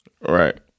Right